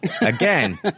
Again